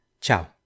Ciao